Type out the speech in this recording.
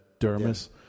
dermis